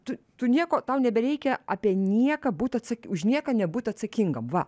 tu tu nieko tau nebereikia apie nieką būt už nieką nebūt atsakingam va